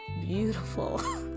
beautiful